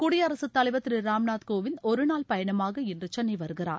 குடியரசுத்தலைவர் திரு ராம்நாத் கோவிந்த் ஒருநாள் பயணமாக இன்று சென்னை வருகிறார்